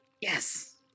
Yes